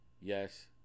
Yes